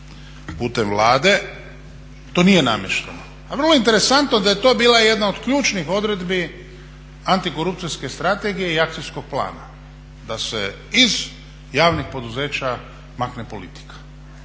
putem Vlade to nije namješteno. A vrlo interesantno da je to bila jedna od ključnih odredbi antikorupcijske strategije i akcijskog plana, da se iz javnih poduzeća makne politika,